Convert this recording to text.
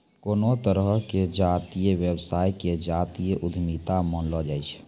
कोनो तरहो के जातीय व्यवसाय के जातीय उद्यमिता मानलो जाय छै